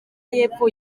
y’epfo